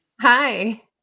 Hi